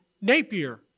Napier